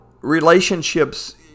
relationships